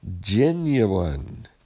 genuine